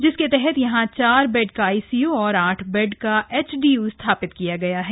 जिसके तहत यहां चार बैड का आईसीयू तथा आठ बैड का एचडीयू स्थापित किया गया है